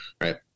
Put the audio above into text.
right